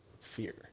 fear